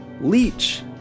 Leech